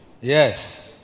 Yes